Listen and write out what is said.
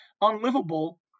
unlivable